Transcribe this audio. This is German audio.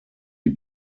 die